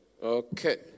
Okay